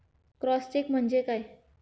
Cross check म्हणजे काय?